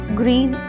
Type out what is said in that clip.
green